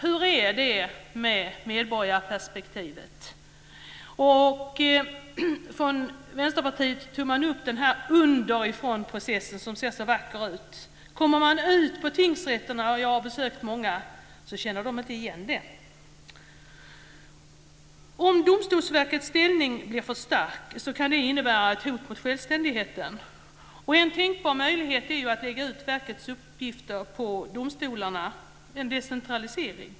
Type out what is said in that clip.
Hur är det med medborgarperspektivet? Från Vänsterpartiet tog man upp denna underifrånprocess som ser så vacker ut. När man kommer ut på tingsrätterna, och jag har besökt många, känner de inte igen den. Om Domstolsverkets ställning blir för stark kan det innebära ett hot mot självständigheten. En tänkbar möjlighet är ju att lägga ut verkets uppgifter på domstolarna - en decentralisering.